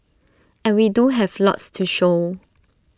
and we do have lots to show